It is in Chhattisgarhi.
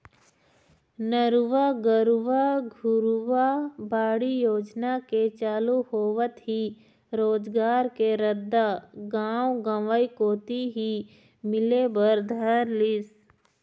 नरूवा, गरूवा, घुरूवा, बाड़ी योजना के चालू होवत ही रोजगार के रद्दा गाँव गंवई कोती ही मिले बर धर लिस